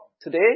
today